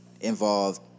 involved